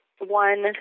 one